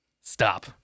stop